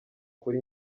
kuri